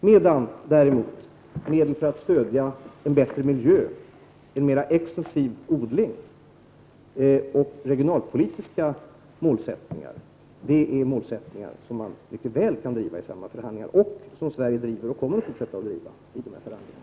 Men medel för att stödja en bättre miljö, en mera extensiv odling och regionalpolitiska ambitioner — det är målsättningar som man mycket väl kan driva i samband med förhandlingar, och som Sverige driver och kommer att fortsätta att driva i de här förhandlingarna.